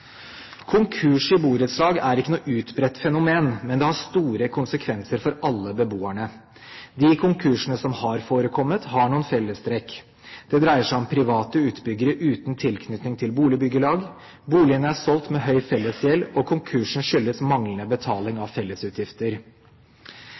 Konkurs i borettslag er ikke noe utbredt fenomen, men det har store konsekvenser for alle beboerne. De konkursene som har forekommet, har noen fellestrekk. Det dreier seg om private utbyggere uten tilknytning til boligbyggelag, boligene er solgt med høy fellesgjeld, og konkursen skyldes manglende betaling